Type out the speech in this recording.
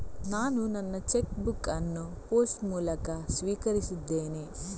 ನಾನು ನನ್ನ cheque book ಅನ್ನು ಪೋಸ್ಟ್ ಮೂಲಕ ಸ್ವೀಕರಿಸಿದ್ದೇನೆ